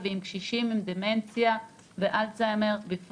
לעבוד עם קשישים בכלל ועם קשישים עם דמנציה ואלצהיימר בפרט.